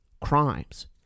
crimes